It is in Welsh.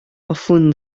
hoffwn